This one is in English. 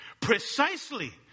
Precisely